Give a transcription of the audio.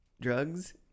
Drugs